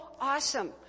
Awesome